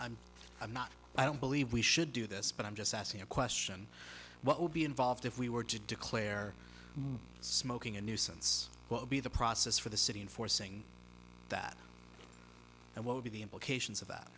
and i'm not i don't believe we should do this but i'm just asking a question what would be involved if we were to declare smoking a nuisance will be the process for the city enforcing that and what are the implications of that